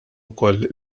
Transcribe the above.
wkoll